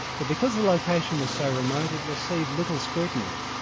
but because the location was so emote, it received little scrutiny.